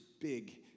big